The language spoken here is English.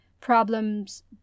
problems